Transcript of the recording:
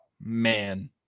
man